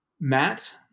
Matt